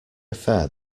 affair